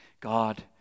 God